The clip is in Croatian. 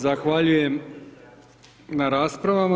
Zahvaljujem na raspravama.